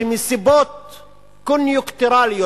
שמסיבות קוניונקטורליות,